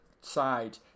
side